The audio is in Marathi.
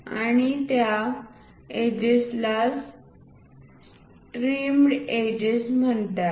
A0शीट किंवा A4शीट या लांबी आणि रुंदीपर्यंत उपलब्ध आहे आणि त्या एजेसला ट्रिम्ड एजेस म्हणतात